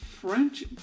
French